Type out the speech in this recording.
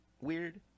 weird